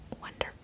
Wonderful